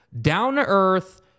down-to-earth